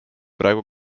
praegu